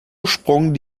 ursprung